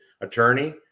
attorney